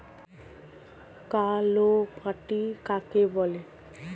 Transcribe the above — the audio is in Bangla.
কালোমাটি কাকে বলে?